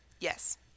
Yes